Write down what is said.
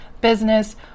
business